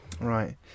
Right